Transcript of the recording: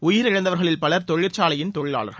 உயிரிழந்தவர்களில் பலர் தொழிற்சாலையின் தொழிலாளர்கள்